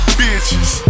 bitches